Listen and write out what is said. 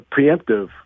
preemptive